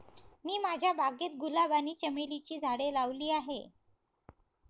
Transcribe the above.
मी माझ्या बागेत गुलाब आणि चमेलीची झाडे लावली आहे